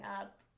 up